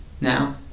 now